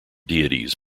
deities